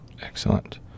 Excellent